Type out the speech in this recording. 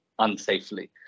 unsafely